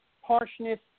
harshness